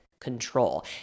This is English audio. control